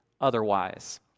otherwise